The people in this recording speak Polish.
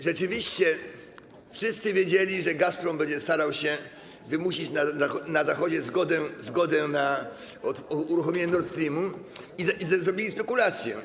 Rzeczywiście wszyscy wiedzieli, że Gazprom będzie starał się wymusić na Zachodzie zgodę na uruchomienie Nordstream, i zrobili spekulację.